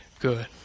good